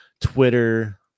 Twitter